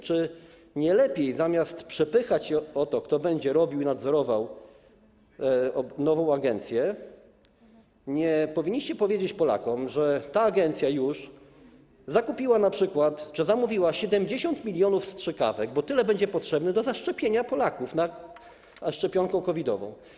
Czy nie lepiej zamiast przepychać się o to, kto będzie robił i nadzorował nową agencję, nie powinniście powiedzieć Polakom, że ta agencja już np. zakupiła czy zamówiła 70 mln strzykawek, bo tyle będzie potrzebne do zaszczepienia Polaków szczepionką COVID-ową?